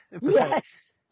Yes